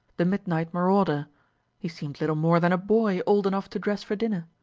the midnight marauder he seemed little more than a boy old enough to dress for dinner.